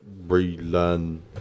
relearn